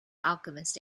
alchemist